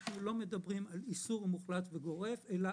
אנחנו לא מדברים על איסור מוחלט וגורף אלא